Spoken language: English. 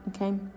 okay